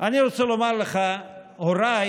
אני רוצה לומר לך, הוריי,